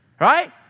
right